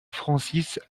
francis